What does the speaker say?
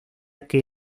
que